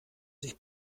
sich